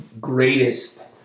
greatest